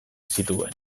zituen